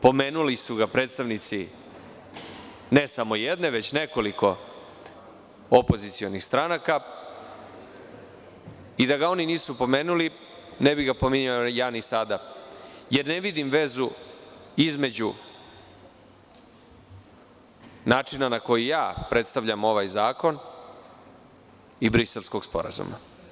Pomenuli su ga predstavnici ne samo jedne, već nekoliko opozicionih stranaka i da ga oni nisu pomenuli, ne bi ga pominjao ja ni sada, jer ne vidim vezu između načina na koji ja predstavljam ovaj zakon i Briselskog sporazuma.